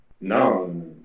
No